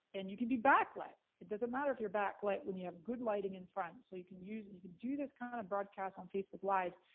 and you can be back light. it doesn't matter if you're back light, when you have good lighting in front. so you can use, and you can do this kind of broadcast on facebook live,